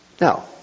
Now